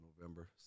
november